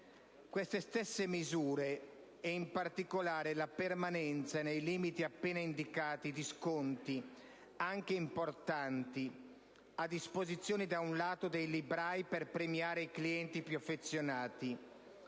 Queste stesse misure, e in particolare la permanenza nei limiti appena indicati di sconti anche importanti a disposizione, da un lato, dei librai per premiare i clienti più affezionati